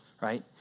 right